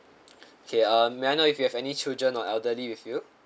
okay uh may I know if you have any children or elderly with you